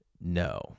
No